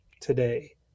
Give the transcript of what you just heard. today